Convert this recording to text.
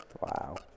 Wow